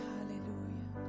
Hallelujah